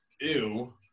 Ew